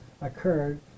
occurred